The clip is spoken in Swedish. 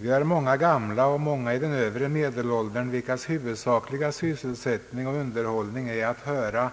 Vi har många gamla och många i den övre medelåldern, vilkas huvudsakliga sysselsättning och underhållning är att höra